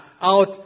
Out